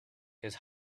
his